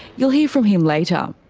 you'll hear from him later.